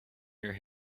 your